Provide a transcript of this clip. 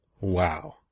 Wow